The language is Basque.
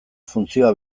funtzioa